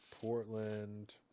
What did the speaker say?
Portland